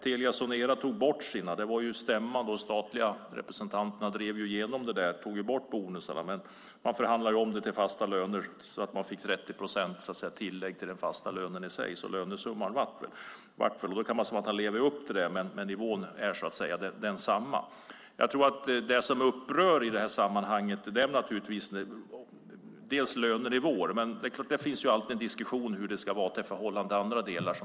Telia Sonera tog bort sina bonusar. Det var stämman och de statliga representanterna drev igenom att man tog bort bonusarna. Men man förhandlade om det till fasta löner så att man fick 30 procents tillägg till de fasta lönerna. Det kan se ut som att man lever upp till det, men lönenivån är densamma. Det som upprör i sammanhanget är lönenivåer. Det finns alltid en diskussion hur det ska vara i förhållande till andra delar.